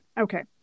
Okay